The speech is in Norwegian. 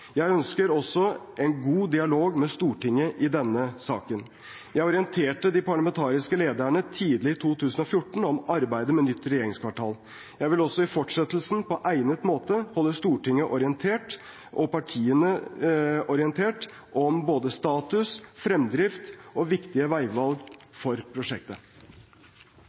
Jeg ønsker også en god dialog med Stortinget i denne saken. Jeg orienterte de parlamentariske lederne tidlig i 2014 om arbeidet med nytt regjeringskvartal. Jeg vil også i fortsettelsen på egnet måte holde Stortinget og partiene orientert om status, fremdrift og viktige veivalg for prosjektet.